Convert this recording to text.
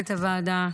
מנהלת הוועדה,